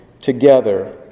together